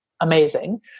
amazing